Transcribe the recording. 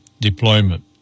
deployment